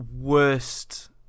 worst